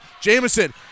Jameson